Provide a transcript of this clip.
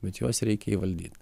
bet juos reikia įvaldyt